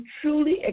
truly